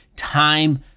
Time